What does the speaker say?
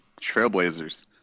Trailblazers